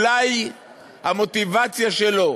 אולי המוטיבציה שלו